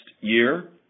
year